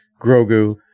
Grogu